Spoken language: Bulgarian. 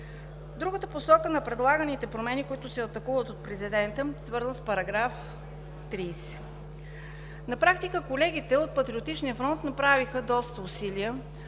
Другата посока на предлаганите промени, които се атакуват от президента, е свързана с § 30. На практика колегите от „Патриотичния фронт“ направиха доста усилия